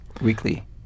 weekly